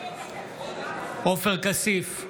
עופר כסיף,